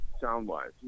sound-wise